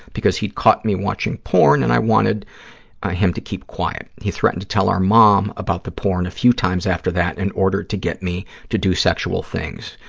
because he'd caught me watching porn and i wanted him to keep quiet. he threatened to tell our mom about the porn a few times after that in order to get me to do sexual things.